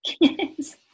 Yes